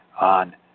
on